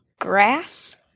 grass